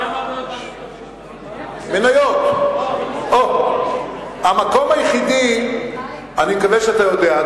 אני מקווה שאתה יודע,